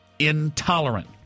intolerant